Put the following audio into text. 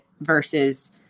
versus